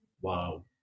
Wow